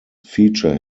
feature